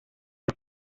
los